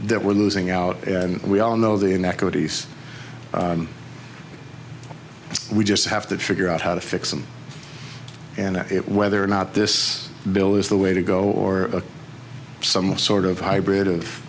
that we're losing out and we all know the inequities we just have to figure out how to fix them and it whether or not this bill is the way to go or some sort of hybrid of